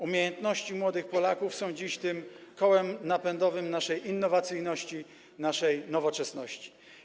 Umiejętności młodych Polaków są dziś tym kołem napędowym naszej innowacyjności, naszej nowoczesności.